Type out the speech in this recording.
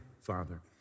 father